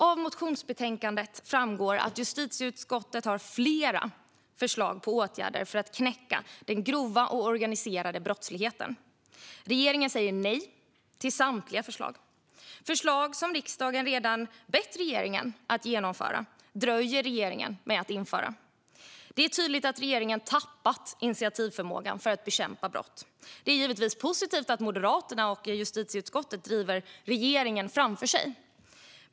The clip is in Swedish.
Av motionsbetänkandet framgår att justitieutskottet har flera förslag på åtgärder för att knäcka den grova och organiserade brottsligheten. Regeringen säger nej till samtliga förslag. Förslag som riksdagen redan bett regeringen att genomföra dröjer regeringen med att införa. Det är tydligt att regeringen tappat initiativförmågan när det gäller att bekämpa brott. Det är givetvis positivt att Moderaterna och justitieutskottet driver regeringen framför sig.